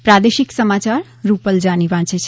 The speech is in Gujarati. પ્રાદેશિક સમાચાર રૂપલ જાની વાંચે છે